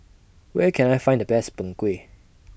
Where Can I Find The Best Png Kueh